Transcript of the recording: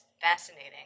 fascinating